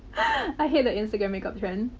i hate that instagram makeup trend.